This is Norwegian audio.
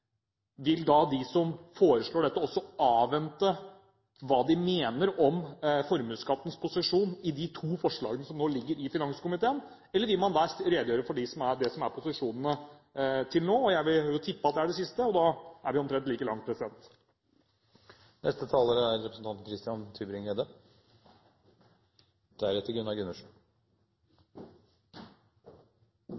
vil da de som foreslår dette, også avvente hva de mener om formuesskattens posisjon i de to forslagene som nå ligger i finanskomiteen, eller vil man der redegjøre for det som er posisjonene til nå? Jeg vil jo tippe at det er det siste, og da er vi omtrent like langt. Representanten